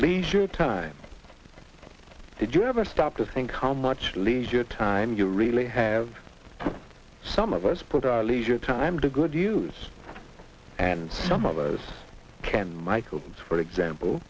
leisure time did you ever stop to think how much leisure time you really have some of us put our leisure time to good use and some of those microbes for example